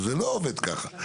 זה לא עובד כך.